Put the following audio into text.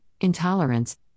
intolerance